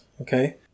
okay